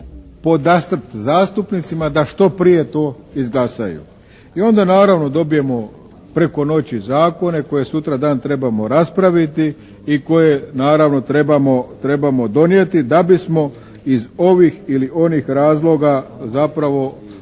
podastrti zastupnicima da što prije to izglasaju i onda naravno dobijemo preko noći zakone koje sutradan trebamo raspraviti i koje naravno trebamo donijeti da bismo iz ovih ili onih razloga zapravo